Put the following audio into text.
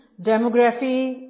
demography